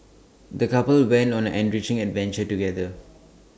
the couple went on an enriching adventure together